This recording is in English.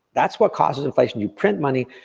that's what causes inflation, you print money.